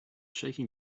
shaking